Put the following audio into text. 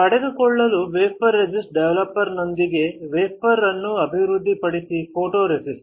ಪಡೆದುಕೊಳ್ಳಲು ಫೋಟೊರೆಸಿಸ್ಟ್ ಡೆವಲಪರ್ನೊಂದಿಗೆ ವೇಫರ್ ಅನ್ನು ಅಭಿವೃದ್ಧಿಪಡಿಸಿ ಫೋಟೊರೆಸಿಸ್ಟ್